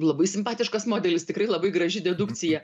labai simpatiškas modelis tikrai labai graži dedukcija